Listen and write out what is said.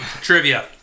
Trivia